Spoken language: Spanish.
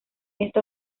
esta